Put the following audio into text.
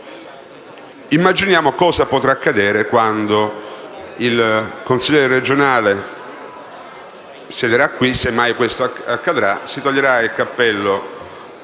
Immaginiamo cosa potrà accadere quando il consigliere regionale siederà qui, semmai questo accadrà: si toglierà il cappello